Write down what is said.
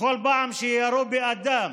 בכל פעם שירו באדם